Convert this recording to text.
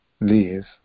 leave